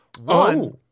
One